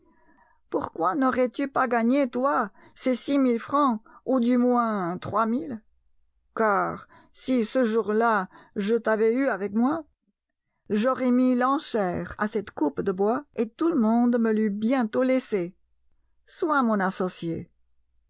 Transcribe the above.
pourquoi n'aurais-tu pas gagné toi ces six mille francs ou du moins trois mille car si ce jour-là je t'avais eu avec moi j'aurais mis l'enchère à cette coupe de bois et tout le monde me l'eût bientôt laissée sois mon associé